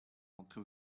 entrer